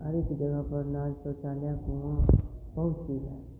हर एक जगह पर नल शौचालय कुआँ बहुत कुछ